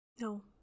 no